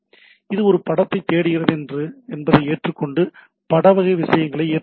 இது ஒரு படத்தைத் தேடுகிறது என்பதை ஏற்றுக்கொண்டு பட வகை விஷயங்களை ஏற்றுக்கொள்ளுங்கள்